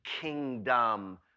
kingdom